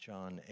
John